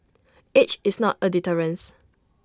age is not A deterrence